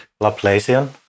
Laplacian